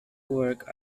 worked